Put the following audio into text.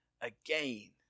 again